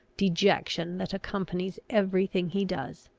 dejection that accompanies every thing he does.